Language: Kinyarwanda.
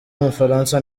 w’umufaransa